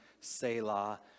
Selah